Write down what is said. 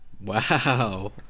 Wow